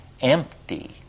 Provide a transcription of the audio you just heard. empty